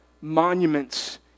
monuments